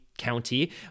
county